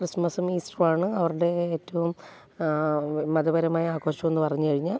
ക്രിസ്മസും ഈസ്റ്ററും ആണ് അവരുടെ ഏറ്റവും മതപരമായ ആഘോഷമെന്ന് പറഞ്ഞു കഴിഞ്ഞാൽ